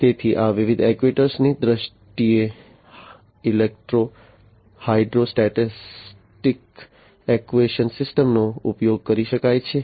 તેથી આ વિવિધ એક્ટ્યુએટર્સની દ્રષ્ટિએ electro hydrostatic actuation system electro -hydrostatic actuation systemનો ઉપયોગ કરી શકાય છે